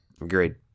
Agreed